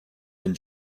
been